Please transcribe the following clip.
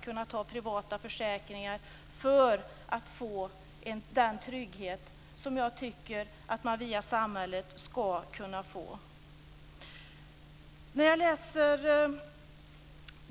kunna ta privata försäkringar för att få den trygghet som jag tycker att man ska kunna få via samhället.